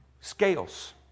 Scales